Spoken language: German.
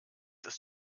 ist